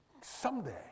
Someday